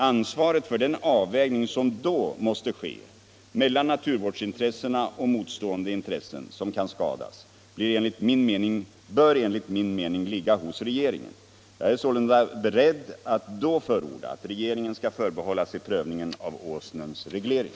Ansvaret för den avvägning som då måste ske mellan naturvårdsintressena och motstående intressen som kan skadas bör enligt min mening ligga hos regeringen. Jag är således beredd att då förorda att regeringen skall förbehålla sig prövningen av Åsnens reglering.